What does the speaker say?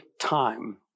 time